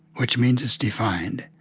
which means it's defined.